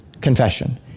confession